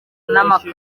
n’amakaro